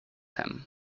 him